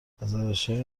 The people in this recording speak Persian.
ارزشهای